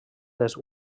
les